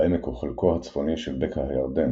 העמק הוא חלקו הצפוני של בקע הירדן,